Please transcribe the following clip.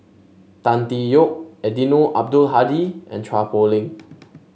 Tan Tee Yoke Eddino Abdul Hadi and Chua Poh Leng